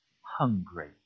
hungry